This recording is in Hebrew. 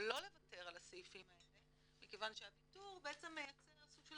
שלא לוותר על הסעיפים האלה מכיוון שהוויתור בעצם מייצר סוג של